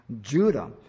Judah